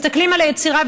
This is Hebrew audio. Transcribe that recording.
מסתכלים על היצירה,